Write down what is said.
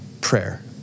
prayer